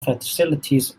facilities